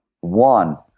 one